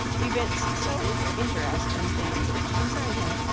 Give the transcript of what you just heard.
evinced so little interest in things which concerned him,